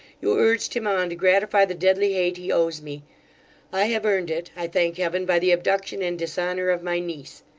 you urged him on to gratify the deadly hate he owes me i have earned it, i thank heaven by the abduction and dishonour of my niece.